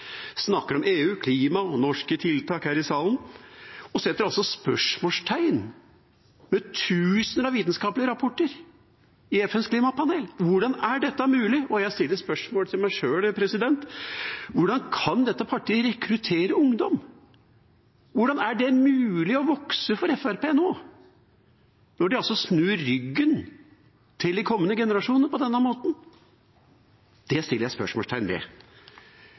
snakker om EU, klima og norske tiltak her i salen og setter altså spørsmålstegn ved tusener av vitenskapelige rapporter i FNs klimapanel. Hvordan er dette mulig? Og jeg stiller meg sjøl spørsmålet: Hvordan kan dette partiet rekruttere ungdom? Hvordan er det mulig å vokse for Fremskrittspartiet nå, når de snur ryggen til de kommende generasjoner på denne måten? Det setter jeg spørsmålstegn ved.